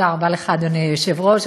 תודה רבה לך, אדוני היושב-ראש.